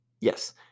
Yes